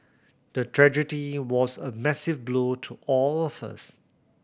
the tragedy was a massive blow to all of us